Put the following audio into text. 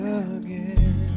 again